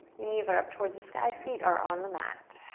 knees are up towards the sky. feet are on the mat.